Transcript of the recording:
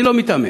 אני לא מיתמם.